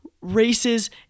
races